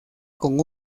con